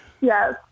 yes